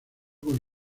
con